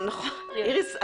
איריס,